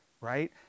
right